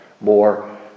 more